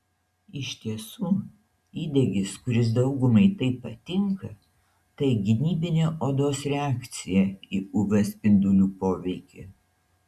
iš tiesų įdegis kuris daugumai taip patinka tai gynybinė odos reakcija į uv spindulių poveikį